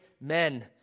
men